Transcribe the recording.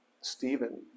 Stephen